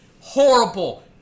horrible